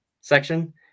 section